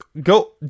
go